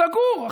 סגור.